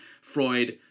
Freud